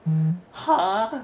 !huh!